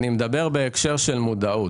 אני מדבר בהקשר של מודעות.